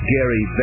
Gary